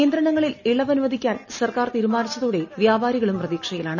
നിയന്ത്രണങ്ങളിൽ ഇളവ് അനുവദിക്കാൻ സർക്കാർ തീരുമാനിച്ചതോടെ വ്യാപാരികളും പ്രതീക്ഷയിലാണ്